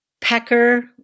pecker